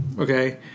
okay